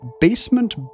basement